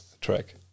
track